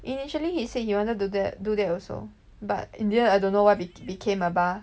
initially he said he wanted to do tha~ do that also but in the end I don't know why bec~ became a bar